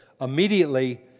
Immediately